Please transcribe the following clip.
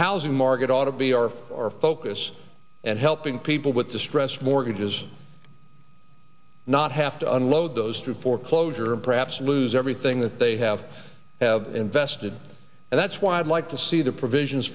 housing market ought to be our focus and helping people with distressed mortgages not have to unload those through foreclosure and perhaps lose everything that they have have invested and that's why i'd like to see the provisions